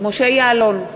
משה יעלון,